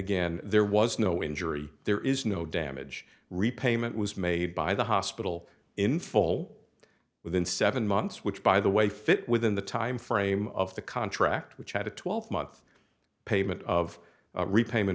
again there was no injury there is no damage repayment was made by the hospital in full within seven months which by the way fit within the timeframe of the contract which had a twelve month payment of repayment